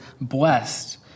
blessed